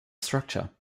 structure